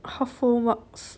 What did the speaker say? !huh! full marks